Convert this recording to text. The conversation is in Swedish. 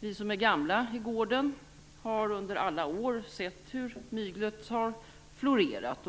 Vi som är gamla i gården har under alla år sett hur myglet har florerat.